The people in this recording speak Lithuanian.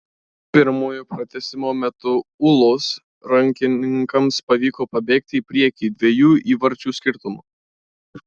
pirmojo pratęsimo metu ūlos rankininkams pavyko pabėgti į priekį dviejų įvarčių skirtumu